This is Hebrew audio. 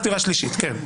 מס דירה שלישית, כן.